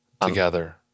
together